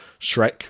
Shrek